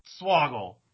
Swoggle